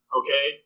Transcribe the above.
okay